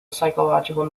psychological